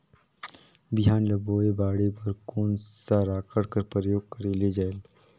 बिहान ल बोये बाढे बर कोन सा राखड कर प्रयोग करले जायेल?